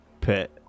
pit